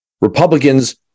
Republicans